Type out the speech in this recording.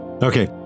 Okay